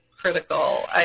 critical